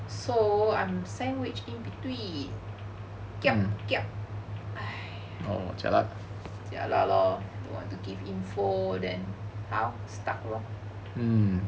so I'm sandwiched in between kiap kiap jialat ya lor want to give info then how stuck lor